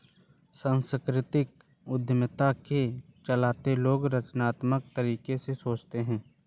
सांस्कृतिक उद्यमिता के चलते लोग रचनात्मक तरीके से सोचते हैं